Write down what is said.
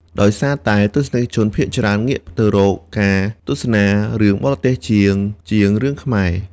ដោយសារតែទស្សនិកជនភាគច្រើនងាកទៅរកការទស្សនារឿងបរទេសជាជាងរឿងខ្មែរ។